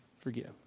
forgive